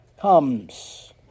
comes